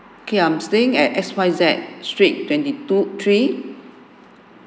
okay I'm staying at X Y Z street twenty two three